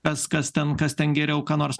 tas kas ten kas ten geriau ką nors